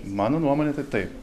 mano nuomone tai taip